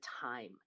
time